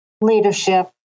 leadership